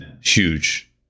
huge